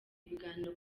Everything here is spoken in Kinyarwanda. ibiganiro